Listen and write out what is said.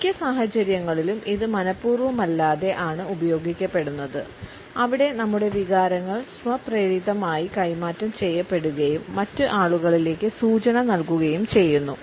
മിക്ക സാഹചര്യങ്ങളിലും ഇത് മനപൂർവമല്ലാതെ ആണ് ഉപയോഗിക്കപ്പെടുന്നത് അവിടെ നമ്മുടെ വികാരങ്ങൾ സ്വപ്രേരിതമായി കൈമാറ്റം ചെയ്യപ്പെടുകയും മറ്റ് ആളുകളിലേക്ക് സൂചന നൽകുകയും ചെയ്യുന്നു